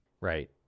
Right